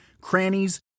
crannies